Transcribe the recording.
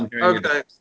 Okay